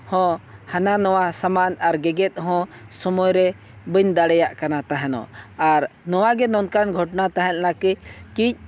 ᱦᱚᱸ ᱦᱟᱱᱟᱼᱱᱷᱟᱣᱟ ᱥᱟᱢᱟᱱ ᱟᱨ ᱜᱮᱜᱮᱫ ᱦᱚᱸ ᱥᱚᱢᱚᱭᱨᱮ ᱵᱟᱹᱧ ᱫᱟᱲᱮᱭᱟᱜ ᱠᱟᱱᱟ ᱛᱟᱦᱮᱸᱱᱚᱜ ᱟᱨ ᱱᱚᱣᱟᱜᱮ ᱱᱚᱝᱠᱟᱱ ᱜᱷᱚᱴᱚᱱᱟ ᱛᱟᱦᱮᱸᱞᱮᱱᱟ ᱠᱤ ᱠᱤ